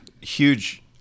Huge